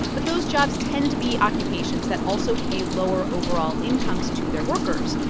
but those jobs tend to be occupations that also pay lower overall incomes to their workers.